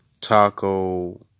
Taco